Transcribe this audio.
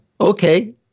Okay